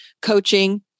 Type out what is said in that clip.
coaching